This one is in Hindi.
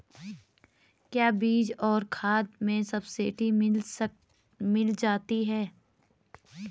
क्या बीज और खाद में सब्सिडी मिल जाती है?